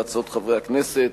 להצעות חברי הכנסת.